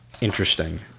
interesting